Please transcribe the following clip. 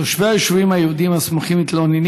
תושבי היישובים היהודיים הסמוכים מתלוננים